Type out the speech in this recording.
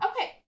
Okay